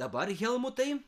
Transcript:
dabar helmutai